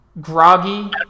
groggy